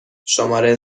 شماره